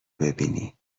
ببینی